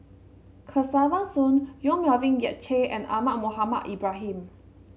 Kesavan Soon Yong Melvin Yik Chye and Ahmad Mohamed Ibrahim